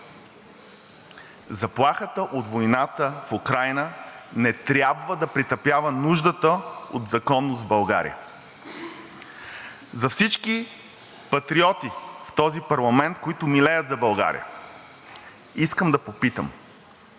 Заплахата от войната в Украйна не трябва да притъпява нуждата от законност в България. За всички патриоти в този парламент, които милеят за България, искам да попитам: